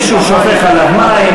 מישהו שופך עליו מים,